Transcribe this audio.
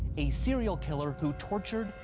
a serial killer who tortured,